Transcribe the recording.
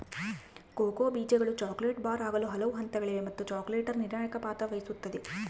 cocoa ಬೀಜಗಳು chocolate bar ಆಗಲು ಹಲವು ಹಂತಗಳಿವೆ ಮತ್ತು ಚಾಕೊಲೇಟರ್ ನಿರ್ಣಾಯಕ ಪಾತ್ರ ವಹಿಸುತ್ತದ